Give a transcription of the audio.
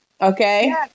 Okay